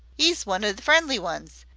e's one o the friendly ones.